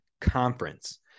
conference